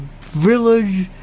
village